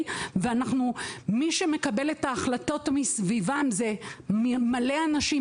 מי שמקבל את ההחלטות מסביבם הם מלא אנשים,